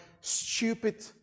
stupid